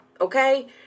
Okay